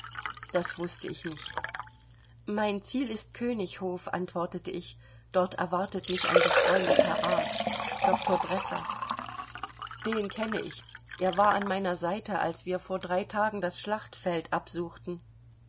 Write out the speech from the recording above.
das wußte ich nicht mein ziel ist königinhof antwortete ich dort erwartet mich ein befreundeter arzt doktor bresser den kenne ich er war an meiner seite als wir vor drei tagen das schlachtfeld absuchten